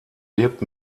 lebt